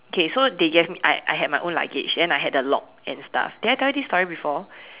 okay so they gave me I I had my own luggage then I had the lock and stuff did I tell you this story before